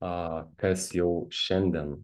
a kas jau šiandien